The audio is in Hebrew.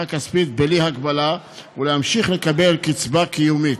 כספית בלי הגבלה ולהמשיך לקבל קצבה קיומית.